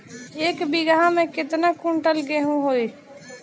एक बीगहा में केतना कुंटल गेहूं होई?